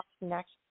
next